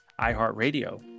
iheartradio